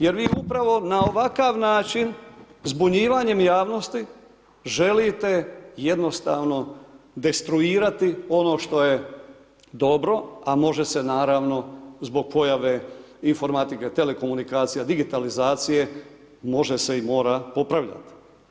Jer vi upravo na ovakav način zbunjivanjem javnosti želite jednostavno destruirati ono što je dobro a može se naravno zbog pojave informatike, telekomunikacija, digitalizacije može se i mora popravljati.